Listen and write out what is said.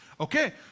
Okay